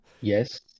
yes